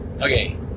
okay